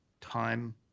time